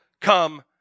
come